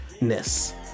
ness